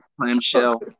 clamshell